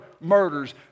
Murders